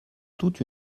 toute